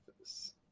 office